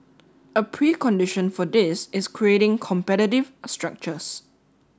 a precondition for this is creating competitive structures